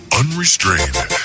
unrestrained